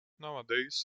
nowadays